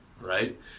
right